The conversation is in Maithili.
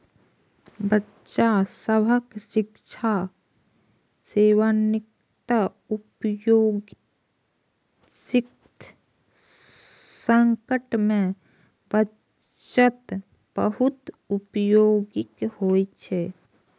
बच्चा सभक शिक्षा, सेवानिवृत्ति, अप्रत्याशित संकट मे बचत बहुत उपयोगी होइ छै